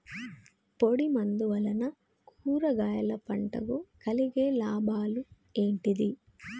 పొడిమందు వలన కూరగాయల పంటకు కలిగే లాభాలు ఏంటిది?